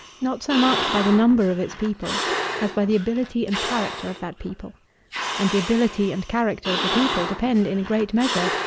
not so much by the number of its people as by the ability and character of that people and the ability and character of a people depend, in a great measure,